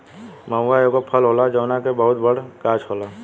महुवा एगो फल होला जवना के बहुते बड़ गाछ होला